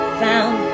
found